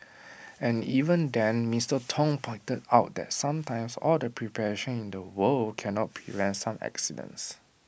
and even then Mister Tong pointed out that sometimes all the preparation in the world cannot prevent some accidents